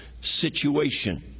situation